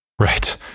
Right